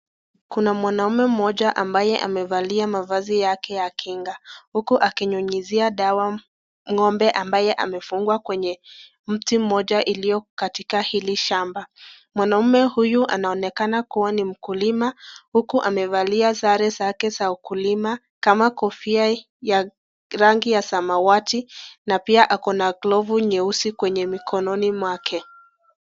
Kuna mwanaume mmoja ambaye amevalia mavazi yake ya kinga huku akinyunyizia dawa ng'ombe ambaye amefugwa kwenye mti moja iliyo katika hili shamba. Mwanaume huyu anaonekana kuwa ni mkulima huku amevalia sare za ukulima kama kofia ya rangi ya samawati na pia ako na glavu nyeusi kwenye mikononi mwake.